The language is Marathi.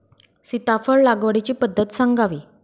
सीताफळ लागवडीची पद्धत सांगावी?